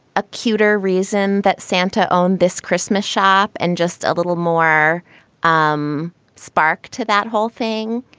a cuter reason that santa's own this christmas shop and just a little more um spark to that whole thing.